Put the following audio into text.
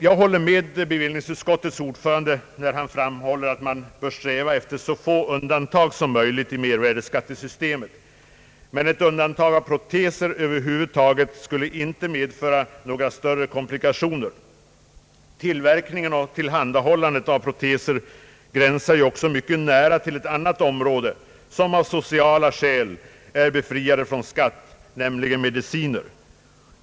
Jag håller med utskottets ordförande när han framhåller att man bör sträva efter så få undantag som möjligt i mervärdeskattesystemet men ett undantag för proteser över huvud taget skulle inte medföra några större komplikationer. Tillverkningen och tillhandahållandet av proteser gränsar ju också mycket nära till ett annat område som av sociala skäl är befriat från skatt. Jag tänker här på mediciner.